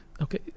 Okay